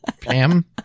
Pam